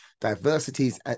diversities